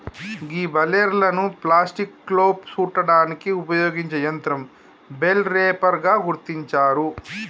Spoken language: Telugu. గీ బలేర్లను ప్లాస్టిక్లో సుట్టడానికి ఉపయోగించే యంత్రం బెల్ రేపర్ గా గుర్తించారు